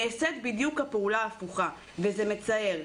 נעשית בדיוק הפעולה ההפוכה וזה מצער.